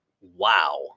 Wow